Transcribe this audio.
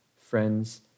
friends